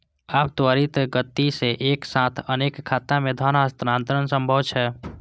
आब त्वरित गति सं एक साथ अनेक खाता मे धन हस्तांतरण संभव छै